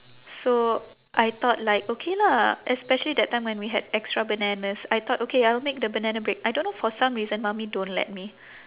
so I thought like okay lah especially that time when we had extra bananas I thought okay I'll make the banana bread I don't know for some reason mummy don't let me